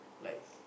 like